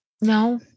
No